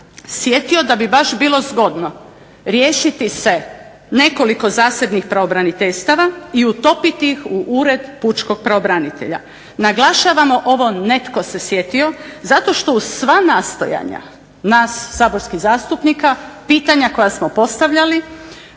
sjetio da bi baš bilo zgodno riješiti se nekoliko zasebnih pravobraniteljstava i utopiti ih u Ured pučkog pravobranitelja. Naglašavamo ovo netko se sjetio, zato što uz sva nastojanja nas saborskih zastupnika pitanja koja smo postavljali,